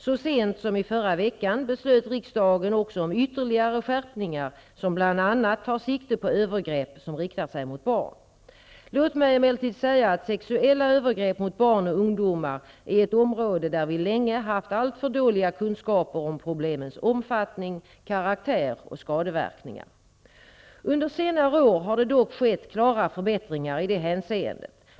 Så sent som i förra veckan beslöt riksdagen också om ytterligare skärpningar, som bl.a. tar sikte på övergrepp som riktar sig mot barn. Låt mig emellertid säga att sexuella övergrepp mot barn och ungdomar är ett område där vi länge haft alltför dåliga kunskaper om problemens omfattning, karaktär och skadeverkningar. Under senare år har det dock skett klara förbättringar i det hänseendet.